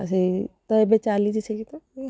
ଆଉ ସେଇ ତ ଏବେ ଚାଲିଛି ସେ ତ